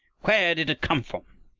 where did it come from?